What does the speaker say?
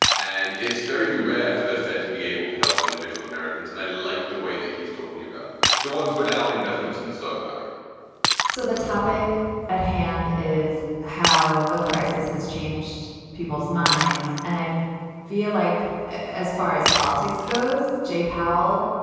and it's very rare for the fed to be able to help individual americans. and i like the way that he's talking about the ones without investments in the stock market so the topic at hand is how the crisis has changed people's minds. and i feel like as far as politics goes. jay powell,